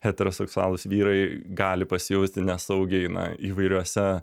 heteroseksualūs vyrai gali pasijausti nesaugiai na įvairiuose